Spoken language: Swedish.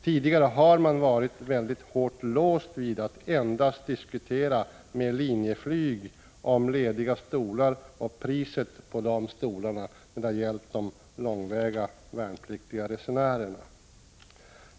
Tidigare har försvarsmyndigheterna när det gällt de långväga värnpliktiga resenärerna varit hårt låsta vid att endast diskutera med Linjeflyg om lediga stolar och priset på dem.